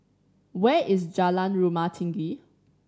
where is Jalan Rumah Tinggi